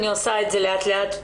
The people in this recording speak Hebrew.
אני עושה את זה לאט לאט.